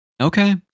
Okay